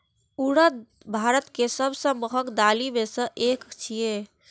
उड़द भारत के सबसं महग दालि मे सं एक छियै